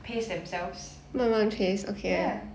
pace themselves ya